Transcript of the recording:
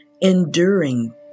enduring